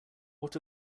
what